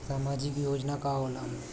सामाजिक योजना का होला?